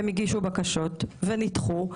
והם הגישו בקשות ונדחו,